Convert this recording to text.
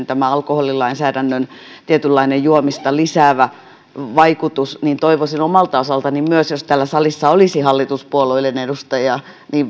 tämä alkoholilainsäädännön tietynlainen juomista lisäävä vaikutus on hyvin ongelmallinen niin omalta osaltani myös jos täällä salissa olisi hallituspuolueiden edustajia